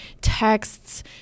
texts